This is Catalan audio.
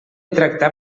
tractar